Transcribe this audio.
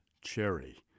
Cherry